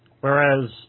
Whereas